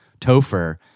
Topher